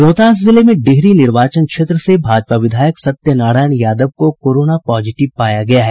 रोहतास जिले में डेहरी निर्वाचन क्षेत्र से भाजपा विधायक सत्यनारायण यादव को कोरोना पॉजिटिव पाया गया है